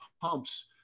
pumps